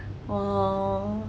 oh